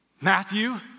Matthew